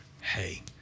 Hey